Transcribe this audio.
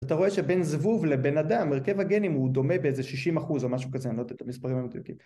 אתה רואה שבין זבוב לבן אדם, מרכב הגנים הוא דומה באיזה שישים אחוז או משהו כזה, אני לא יודע את המספרים האמת.